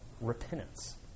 repentance